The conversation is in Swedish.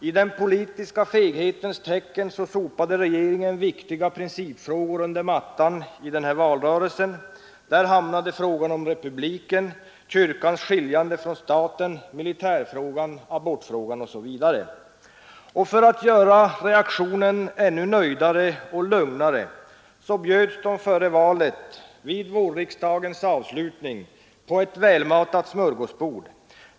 I den politiska feghetens tecken sopade regeringen viktiga principfrågor under mattan i årets valrörelse. Där hamnade frågorna om republiken och kyrkans skiljande från staten, militärfrågan, abortfrågan osv. Och för att göra reaktionen ännu nöjdare och lugnare, bjöds den av regeringen före valet, vid vårriksdagens avslutning, på ett välmatat smörgåsbord.